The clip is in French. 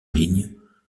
ligne